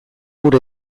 gure